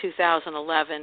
2011